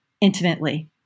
intimately